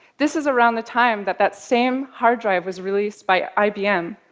this is around the time that that same hard drive was released by ibm.